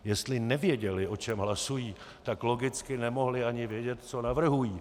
Jestli nevěděli, o čem hlasují, tak logicky nemohli ani vědět, co navrhují.